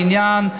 לעניין,